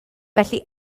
felly